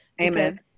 Amen